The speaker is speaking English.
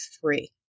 three